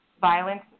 violence